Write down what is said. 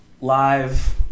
live